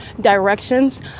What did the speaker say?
directions